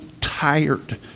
tired